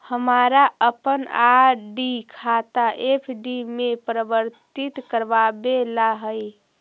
हमारा अपन आर.डी खाता एफ.डी में परिवर्तित करवावे ला हई